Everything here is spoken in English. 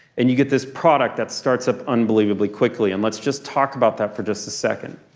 and you get this product that starts up unbelievably quickly. and let's just talk about that for just a second.